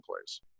place